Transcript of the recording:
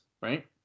right